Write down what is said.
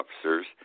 officers